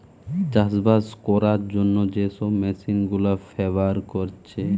চাষবাস কোরার জন্যে যে সব মেশিন গুলা ব্যাভার কোরছে